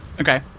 Okay